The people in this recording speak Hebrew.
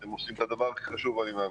אתם עושים את הדבר הכי חשוב, אני מאמין.